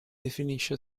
definisce